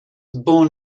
born